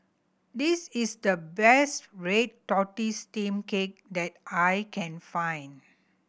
this is the best red tortoise steamed cake that I can find